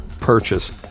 purchase